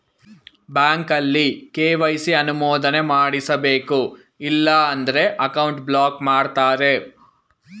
ಬ್ಯಾಂಕಲ್ಲಿ ಕೆ.ವೈ.ಸಿ ಅನುಮೋದನೆ ಮಾಡಿಸಬೇಕು ಇಲ್ಲ ಅಂದ್ರೆ ಅಕೌಂಟ್ ಬ್ಲಾಕ್ ಮಾಡ್ತಾರೆ